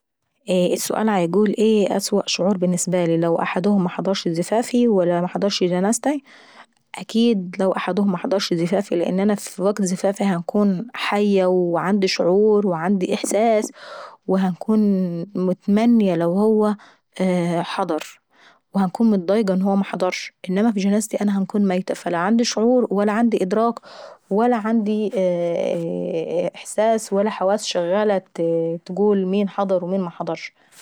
السؤال بيقول ايه أسوأ شعور بالنسبة لي لو احدهم محضرش زفافي، ولا محضرش جنازتاي؟ اكيد لو احدهم محضرش زفافي لان في وكت وفافي هنكون حية وعندي شعور وعندي إحساس وهنكون متممنية لو هو حضر وهنكون مضايقة ان هو محضرش انما في جنازتي انا هنكون ميتة فلا عندي شعور ولا عندي ادراك ولا عندي حواس شغالة تقول مين حضر ومين محضرش.